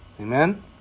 Amen